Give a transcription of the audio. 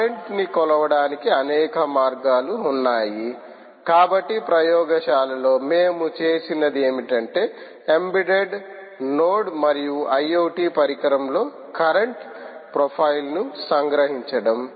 current ని కొలవడానికి అనేక మార్గాలు ఉన్నాయి కాబట్టి ప్రయోగశాలలో మేము చేసినది ఏమిటంటే ఎంబెడ్డెడ్ నోడ్ మరియు ఐ ఓ టీ పరికరంలో కరెంట్ ప్రొఫైల్ ని సంగ్రహించడం